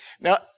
Now